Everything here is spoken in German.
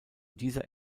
dieser